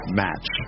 match